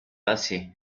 lucy